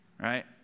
Right